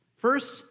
First